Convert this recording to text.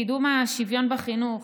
קידום השוויון בחינוך,